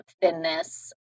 thinness